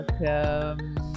Welcome